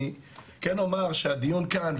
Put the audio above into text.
אני כן אומר שהדיון כאן,